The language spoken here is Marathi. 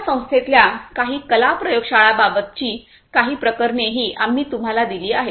आमच्या संस्थेतल्या काही कला प्रयोगशाळांबाबतची काही प्रकरणेही आम्ही तुम्हाला दिली आहेत